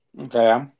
Okay